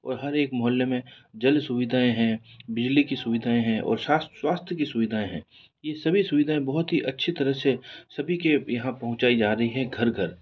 और हर एक मोहल्ले में जल सुविधाएं हैं बिजली की सुविधाएं हैं और स्वास्थ्य की सुविधाएं हैं यह सभी सुविधाएं बहुत ही अच्छी तरह से सभी के यहाँ पहुंचाई जा रही हैं घर घर